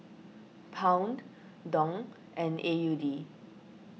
Pound Dong and A U D